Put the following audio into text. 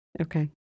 Okay